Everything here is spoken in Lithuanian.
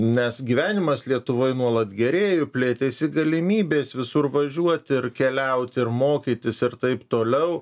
nes gyvenimas lietuvoj nuolat gerėjo plėtėsi galimybės visur važiuoti ir keliauti ir mokytis ir taip toliau